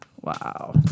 Wow